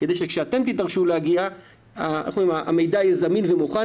כדי שכאשר אתם תידרשו להגיע המידע יהיה זמין ומוכן